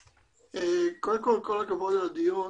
קודם כל תודה על הדיון,